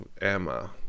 Emma